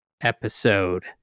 episode